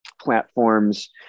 platforms